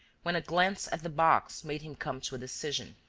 when a glance at the box made him come to a decision.